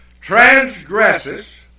transgresses